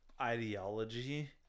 ideology